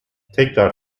tekrar